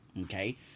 Okay